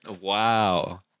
Wow